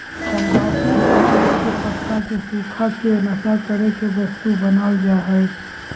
तम्बाकू के पेड़ के पत्ता के सुखा के नशा करे के वस्तु बनाल जा हइ